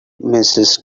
mrs